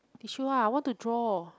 tissue ah I want to draw